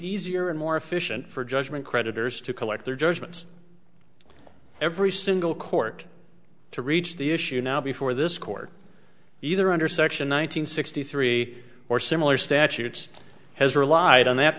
easier and more efficient for judgment creditors to collect their judgments every single court to reach the issue now before this court either under section one thousand nine hundred sixty three or similar statutes has relied on that